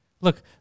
Look